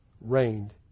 reigned